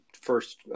first